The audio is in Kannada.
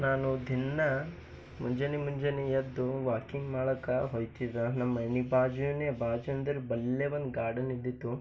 ನಾನು ದಿನ ಮುಂಜಾನೆ ಮುಂಜಾನೆ ಎದ್ದು ವಾಕಿಂಗ್ ಮಾಡಕ್ಕೆ ಹೋಯ್ತಿದ್ದೆ ನಮ್ಮ ಮನೆ ಬಾಜುನೇ ಬಾಜು ಅಂದರೆ ಬಲ್ಲೆ ಒಂದು ಗಾರ್ಡನ್ನಿದ್ದಿತ್ತು